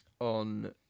on